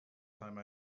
time